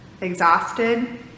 exhausted